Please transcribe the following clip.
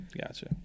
gotcha